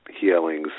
healings